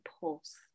pulse